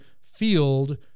field